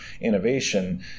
innovation